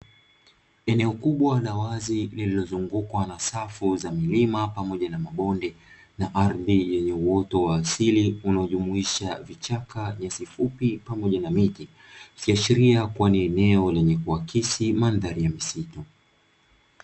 Eneo kubwa la wazi lililozungukwa na safu za milima pamoja na mabonde, na ardhi yenye uoto wa asili unaojumuisha vichaka, nyasi fupi pamoja na miti. Ikiashiria kuwa ni eneo lenye kuakisi mandhari ya misitu.